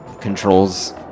controls